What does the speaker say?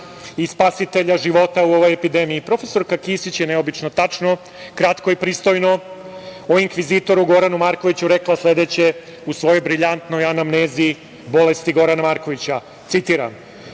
i spasitelja života u ovoj epidemiji. Profesorka Kisić je neobično tačno, kratko i pristojno o inkvizitoru Goranu Markoviću rekla sledeće u svojoj brilijantnoj anamnezi bolesti Gorana Markovića, citiram